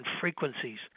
frequencies